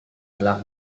telah